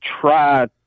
try